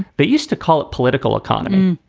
but used to call it political economy.